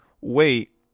wait